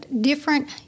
Different